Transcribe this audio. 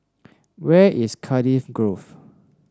where is Cardiff Grove